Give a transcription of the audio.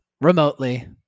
remotely